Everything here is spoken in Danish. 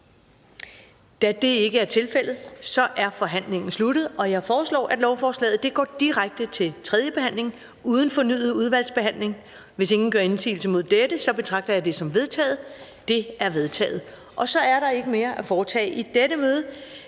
Da det ikke er tilfældet, er forhandlingen sluttet. Jeg foreslår, at lovforslaget går direkte til tredje behandling uden fornyet udvalgsbehandling. Hvis ingen gør indsigelse mod dette, betragter jeg det som vedtaget. Det er vedtaget. --- Kl. 13:03 Meddelelser fra formanden